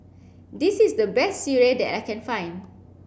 this is the best Sireh that I can find